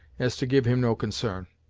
as to give him no concern.